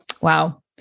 Wow